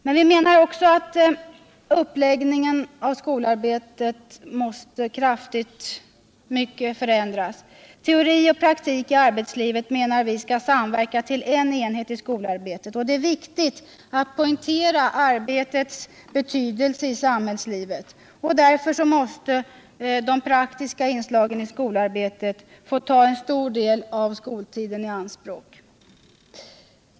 Men vi menar också att uppläggningen av skolarbetet måste förändras kraftigt. Teori och praktik i arbetslivet menar vi skall samverka till en enhet i skolarbetet. Och det är viktigt att poängtera arbetets betydelse i samhällslivet. Därför måste de praktiska inslagen i skolarbetet få ta en stor del av skoltiden i anspråk.